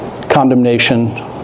condemnation